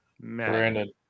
Brandon